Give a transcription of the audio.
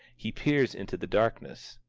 he peers into the darkness.